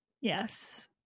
Yes